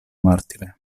martire